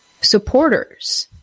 supporters